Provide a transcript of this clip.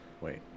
Wait